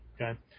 Okay